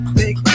big